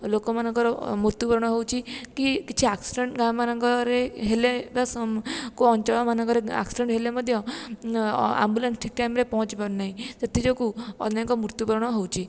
ଲୋକମାନଙ୍କର ମୃତ୍ୟୁ ବରଣ ହେଉଛି କି କିଛି ଆକ୍ସିଡ଼େଣ୍ଟ୍ ଗାଁ ମାନଙ୍କରେ ହେଲେ ବା କେଉଁ ଅଞ୍ଚଳ ମାନଙ୍କରେ ଆକ୍ସିଡ଼େଣ୍ଟ୍ ହେଲେ ମଧ୍ୟ ଆମ୍ବୁଲାନ୍ସ ଠିକ୍ ଟାଇମ୍ରେ ପହଞ୍ଚି ପାରୁ ନାହିଁ ସେଥି ଯୋଗୁଁ ଅନେକ ମୃତ୍ୟୁ ବରଣ ହେଉଛି